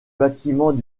bâtiment